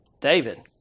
David